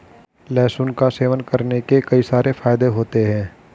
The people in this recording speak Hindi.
लहसुन का सेवन करने के कई सारे फायदे होते है